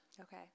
Okay